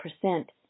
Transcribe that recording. percent